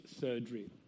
surgery